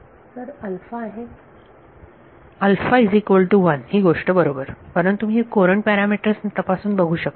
विद्यार्थी तर अल्फा आहे ही गोष्ट बरोबर हे मी कुरंट पॅरामीटर्स ने तपासून बघू शकते